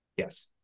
Yes